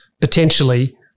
potentially